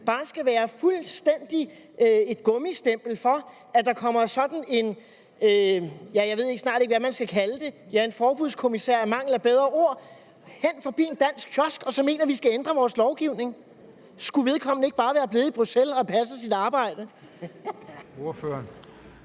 bare skal være et gummistempel, når der kommer sådan en, ja, jeg ved snart ikke, hvad man skal kalde det, men lad os i mangel af et bedre ord kalde det en forbudskommissær, forbi en dansk kiosk og så mener, at vi skal ændre vores lovgivning? Skulle vedkommende ikke bare være blevet i Bruxelles og passe sit arbejde? Kl.